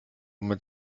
mit